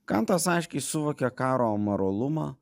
kantas aiškiai suvokė karo amoralumą